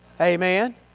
Amen